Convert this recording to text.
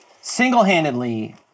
single-handedly